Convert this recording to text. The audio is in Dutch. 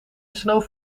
snoof